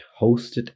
hosted